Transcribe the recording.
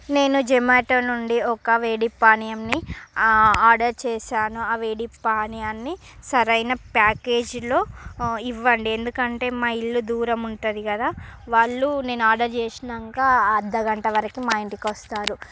నేను జొమాటో నుండి ఒక వేడి పానియాన్ని ఆర్డర్ చేశాను ఆ వేడి పానియాన్ని సరైన ప్యాకేజీలో ఇవ్వండి ఎందుకంటే మా ఇల్లు దూరం ఉంటుంది కదా వాళ్ళు నేను ఆర్డరు చేసినాకా అర్దగంట వరకు మా ఇంటికి వస్తారు